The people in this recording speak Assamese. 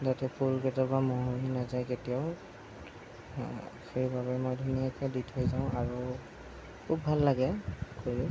যাতে ফুল কেইজোপা মৰহি নেযায় কেতিয়াও সেইবাবে মই ধুনীয়াকৈ দি থৈ যাওঁ আৰু খুব ভাল লাগে কৰি